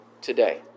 today